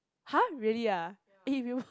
!huh! really ah